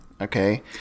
Okay